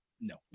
No